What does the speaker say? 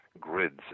grids